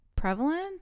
prevalent